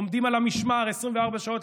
עומדים על המשמר 24 שעות,